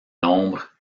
l’ombre